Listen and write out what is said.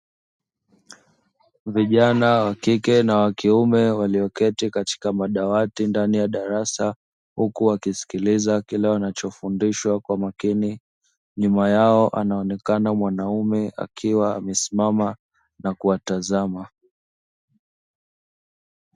Vijana wa kike na wa kiume walioketi katika madawati ndani ya darasa. Huku wakisilikiza kwa umakini kile wanachofundishwa kwa makini, nyuma yao anaoneka mwanaume akiwa amesimama na kuwatazama.